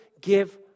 give